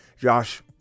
Josh